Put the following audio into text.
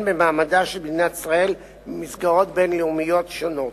במעמדה של מדינת ישראל במסגרות בין-לאומיות שונות.